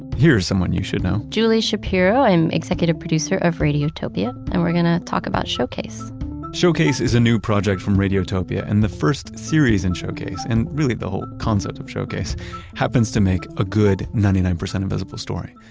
here is someone you should know julie shapiro. i'm executive producer of radiotopia, and we're going to talk about showcase showcase is a new project from radiotopia and the first series in showcase, and really the whole concept of showcase happens to make a good ninety nine percent invisible story.